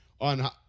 on